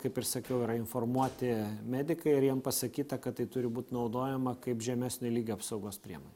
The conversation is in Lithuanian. kaip ir sakiau yra informuoti medikai ir jiem pasakyta kad tai turi būt naudojama kaip žemesnio lygio apsaugos priemonė